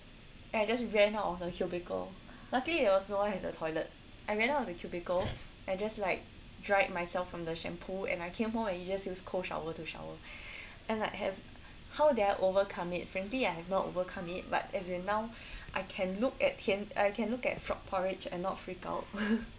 then I just ran out of the cubicle luckily there was no one at the toilet I ran out of the cubicle I just like dried myself from the shampoo and I came home and I just use cold shower to shower and I have how did I overcome it frankly I have not overcome it but as in now I can look at tian I can look at frog porridge and not freak out